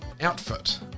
outfit